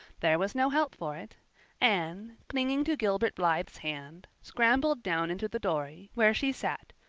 there was no help for it anne, clinging to gilbert blythe's hand, scrambled down into the dory, where she sat,